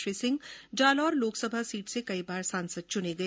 श्री सिंह जालौर लोकसभा सीट से ं कई बार सांसद चुने गए